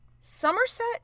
Somerset